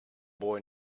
boy